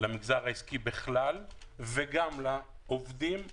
למגזר העסקי בכלל וגם לעובדים השכירים.